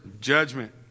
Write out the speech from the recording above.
Judgment